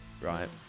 right